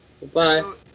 Goodbye